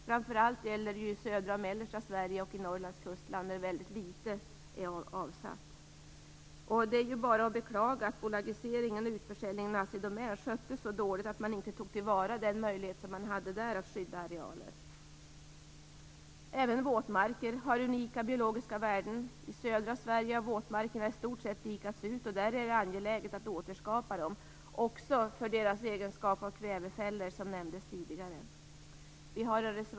Framför allt gäller det i södra och mellersta Sverige samt i Norrlands kustland, där det har avsatts väldigt litet anslag. Det är bara att beklaga att bolagiseringen och utförsäljningen av Assidomän sköttes så dåligt att man inte tog till vara möjligheten att skydda arealer. Även våtmarker har unika biologiska värden. I södra Sverige har våtmarkerna i stort sett dikats ut. Det är angeläget att återskapa dem, också med tanke på deras egenskap av kvävefällor som nämndes tidigare.